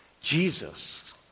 Jesus